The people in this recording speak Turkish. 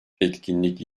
etkinlik